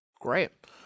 great